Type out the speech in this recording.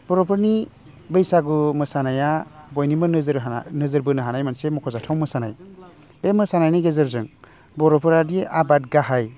बर'फोरनि बैसागु मोसानाया बयनिबो नोजोर होना नोजोर बोनो हानाय मोनसे मख'जाथाव मोसानाय बे मोसानायनि गेजेरजों बर'फोरादि आबाद गाहाइ